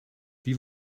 wie